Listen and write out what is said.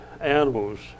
animals